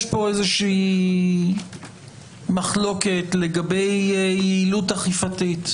יש פה איזו שהיא מחלוקת לגבי יעילות אכיפתית